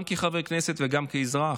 גם כחבר כנסת וגם כאזרח: